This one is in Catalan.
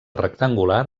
rectangular